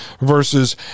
versus